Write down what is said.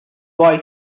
boy